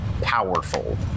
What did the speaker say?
powerful